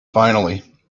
finally